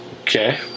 Okay